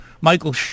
Michael